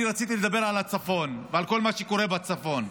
אני רציתי לדבר על הצפון ועל כל מה שקורה בצפון,